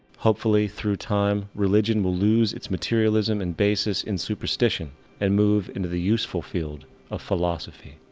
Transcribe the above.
hopefully, through time, religion will loose it's materialism and basis in superstition and move into the useful field of philosophy.